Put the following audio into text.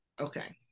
okay